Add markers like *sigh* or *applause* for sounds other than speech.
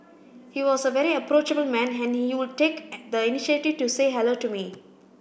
he was a very approachable man and he would take *noise* the initiative to say hello to me